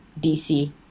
DC